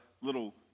little